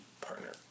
partner